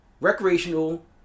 recreational